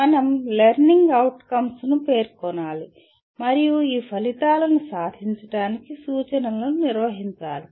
మనం learning outcomes ను పేర్కొనాలి మరియు ఈ ఫలితాలను సాధించడానికి సూచనలను నిర్వహించాలి